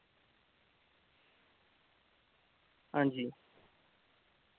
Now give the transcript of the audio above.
आं जी